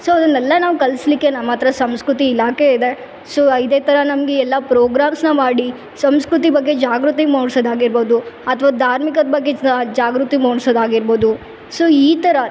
so ಅದನ್ನೆಲ್ಲ ನಾವು ಕಲಿಸ್ಲಿಕ್ಕೆ ನಮ್ಮಹತ್ರ ಸಂಸ್ಕೃತಿ ಇಲಾಖೆ ಇದೆ ಸೊ ಇದೆ ಥರ ನಮಗೆ ಎಲ್ಲ ಪ್ರೋಗ್ರಾಮ್ಸ್ನ ಮಾಡಿ ಸಂಸ್ಕೃತಿ ಬಗ್ಗೆ ಜಾಗೃತಿ ಮೂಡ್ಸೋದಾಗಿರ್ಬೌದು ಅಥ್ವ ಧಾರ್ಮಿಕದ ಬಗ್ಗೆ ಜಾಗೃತಿ ಮೂಡ್ಸೋದಾಗಿರ್ಬೌದು ಸೊ ಈ ಥರ